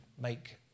make